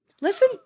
Listen